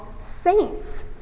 saints